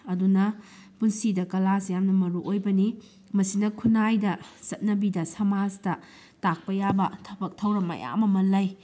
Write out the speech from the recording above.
ꯑꯗꯨꯅ ꯄꯨꯟꯁꯤꯗ ꯀꯂꯥꯁꯤ ꯌꯥꯝꯅ ꯃꯔꯨꯑꯣꯏꯕꯅꯤ ꯃꯁꯤꯅ ꯈꯨꯟꯅꯥꯏꯗ ꯆꯠꯅꯕꯤꯗ ꯁꯃꯥꯖꯇ ꯇꯥꯛꯄ ꯌꯥꯕ ꯊꯕꯛ ꯊꯧꯔꯝ ꯃꯌꯥꯝ ꯑꯃ ꯂꯩ